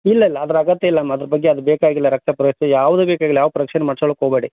ಇಲ್ಲ ಇಲ್ಲ ಅದ್ರ ಅಗತ್ಯ ಇಲ್ಲಮ್ಮ ಅದ್ರ ಬಗ್ಗೆ ಅದು ಬೇಕಾಗಿಲ್ಲ ರಕ್ತ ಪರೀಕ್ಷೆ ಯಾವುದೂ ಬೇಕಾಗಿಲ್ಲ ಯಾವ ಪರೀಕ್ಷೆನೂ ಮಾಡ್ಸ್ಕೊಳಕ್ ಹೋಬಾಡಿ